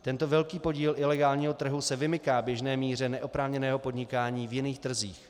Tento velký podíl ilegálního trhu se vymyká běžné míře neoprávněného podnikání v jiných trzích.